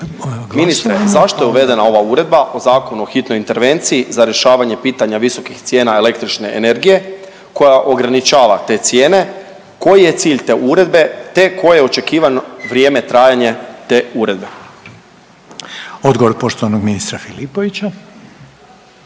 Ministre zašto je uvedena ova Uredba o zakonu o hitnoj intervenciji za rješavanje pitanja visokih cijena električne energije koja ograničava te cijene, koji je cilj te uredbe, te koje očekivano vrijeme trajanja te uredbe? **Reiner, Željko (HDZ)** Odgovor poštovanog ministra Filipovića.